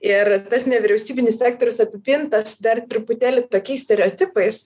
ir tas nevyriausybinis sektorius apipintas dar truputėlį tokiais stereotipais